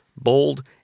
bold